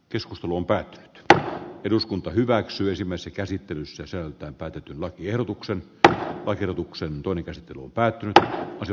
keskustelun päätti että eduskunta hyväksyisimmässä käsittelyssä se on päätetyn lakiehdotuksen että oikeutuksen tunikasta päätyötä jo